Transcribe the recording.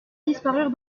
disparurent